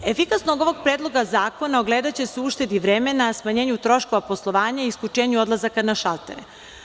Efikasnost ovog predloga zakona ogledaće se u uštedi vremena, smanjenju troškova poslovanja, isključenju odlazaka na šaltere.